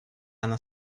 она